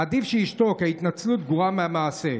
עדיף שישתוק, ההתנצלות גרועה מהמעשה.